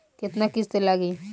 केतना किस्त लागी?